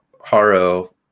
Haro